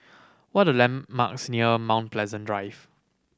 what are the landmarks near Mount Pleasant Drive